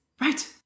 Right